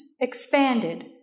expanded